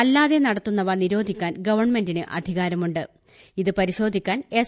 അല്ലാത്തവ നിരോധിക്കാൻ ഗവൺമെന്റിന് അധികാരമൂണ്ട് ഇവ പരിശോധിക്കാൻ എസ്